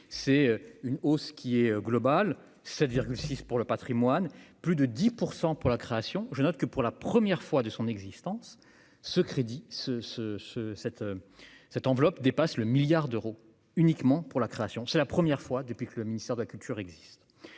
c'est une hausse qui est global : 7,6 pour le Patrimoine, plus de 10 % pour la création, je note que pour la première fois de son existence, ce crédit ce ce ce cette cette enveloppe dépasse le milliard d'euros uniquement pour la création, c'est la première fois depuis que le ministère de la culture existe